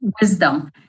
wisdom